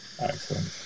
Excellent